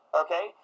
okay